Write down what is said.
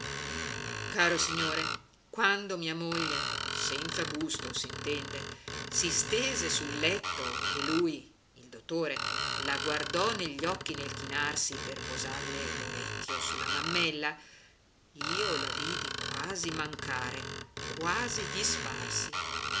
caro signore quando mia moglie senza busto s'intende si stese sul letto e lui il dottore la guardò negli occhi nel chinarsi per posarle l'occhio sulla mammella io la vidi quasi mancare quasi disfarsi